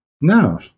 No